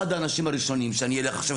אחד האנשים הראשונים שאני אלך עכשיו,